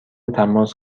تماس